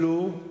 כלוא,